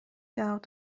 جواب